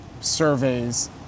surveys